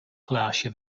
glaasje